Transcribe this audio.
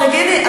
תגידי,